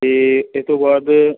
ਅਤੇ ਇਹ ਤੋਂ ਬਾਅਦ